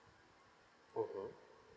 mmhmm